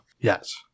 Yes